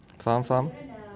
faham faham